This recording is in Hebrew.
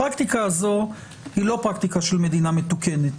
הפרקטיקה הזאת היא לא פרקטיקה של מדינה מתוקנת.